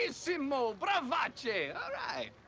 bravissimo, bravace, alright!